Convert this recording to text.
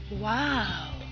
Wow